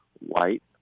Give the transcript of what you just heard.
white